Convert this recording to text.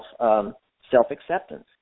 self-acceptance